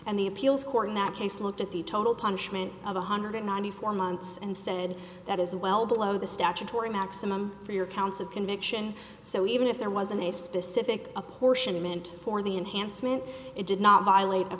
and the appeals court in that case looked at the total punishment of a hundred and ninety four months and said that is well below the statutory maximum for your counts of conviction so even if there wasn't a specific apportionment for the enhancement it did not violate a